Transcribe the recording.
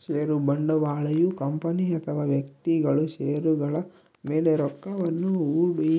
ಷೇರು ಬಂಡವಾಳಯು ಕಂಪನಿ ಅಥವಾ ವ್ಯಕ್ತಿಗಳು ಷೇರುಗಳ ಮೇಲೆ ರೊಕ್ಕವನ್ನು ಹೂಡಿ